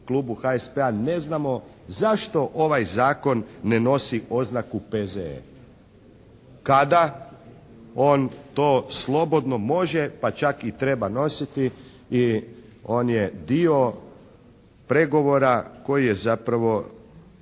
HSP-a neznamo zašto ovaj zakon ne nosi oznaku P.Z.E. kada on to slobodno može, pa čak i treba nositi i on je dio pregovora koji je zapravo